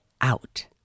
out